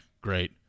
Great